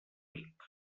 ric